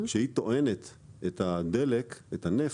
כשהיא טוענת את הדלק, את הנפט,